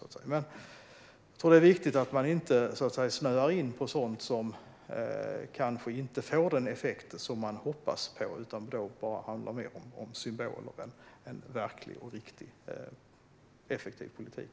Men jag tror att det är viktigt att man inte, så att säga, snöar in på sådant som kanske inte får den effekt som man hoppas på, sådant som handlar mer om symboler än om verklig, riktig och effektiv politik.